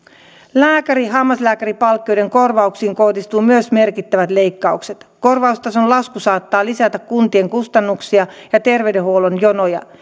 lääkäri ja hammaslääkäripalkkioiden korvauksiin kohdistuu myös merkittävät leikkaukset korvaustason lasku saattaa lisätä kuntien kustannuksia ja terveydenhuollon jonoja